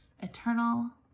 eternal